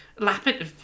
lapid